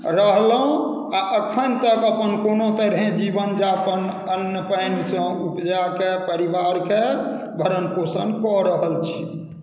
रहलहुँ आओर एखन तक अपन कोनो तरहेँ जीवन यापन अन्न पानिसँ उपजाके परिवारके भरण पोषण कऽ रहल छी